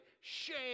Shame